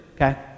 Okay